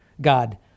God